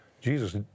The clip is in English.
Jesus